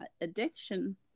addiction